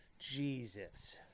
Jesus